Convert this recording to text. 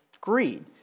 greed